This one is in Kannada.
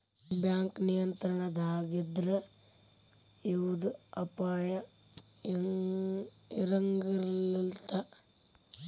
ಬ್ಯಾಂಕ್ ನಿಯಂತ್ರಣದಾಗಿದ್ರ ಯವ್ದ ಅಪಾಯಾ ಇರಂಗಿಲಂತ್